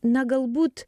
na galbūt